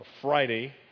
Friday